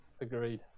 Agreed